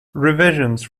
revisions